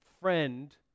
friend